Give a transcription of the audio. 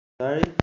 Sorry